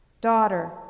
Daughter